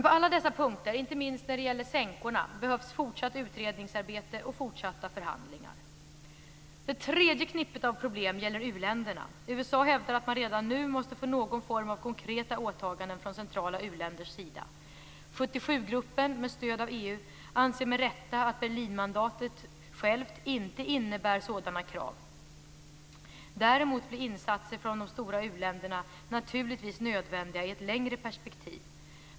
På alla dessa punkter, inte minst när det gäller sänkorna, behövs fortsatt utredningsarbete och fortsatta förhandlingar. För det tredje finns det ett knippe av problem som gäller u-länderna. USA hävdar att man redan nu måste få någon form av konkreta åtaganden från centrala uländers sida. 77-gruppen, med stöd av EU, anser med rätta att Berlinmandatet självt inte innebär sådana krav. Däremot blir insatser från de stora u-länderna naturligtvis nödvändiga i ett längre perspektiv.